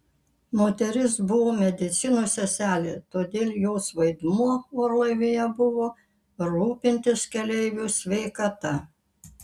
moteris buvo medicinos seselė todėl jos vaidmuo orlaivyje buvo rūpintis keleivių sveikata